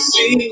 See